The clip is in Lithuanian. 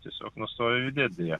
tiesiog nustojo judėt deja